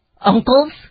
uncles